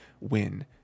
win